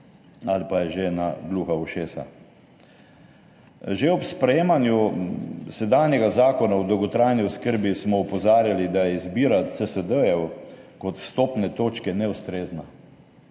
ali pa je že na gluha ušesa. Že ob sprejemanju sedanjega zakona o dolgotrajni oskrbi smo opozarjali, da je izbira CSD-jev kot vstopne točke, neustrezna.